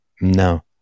No